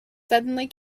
suddenly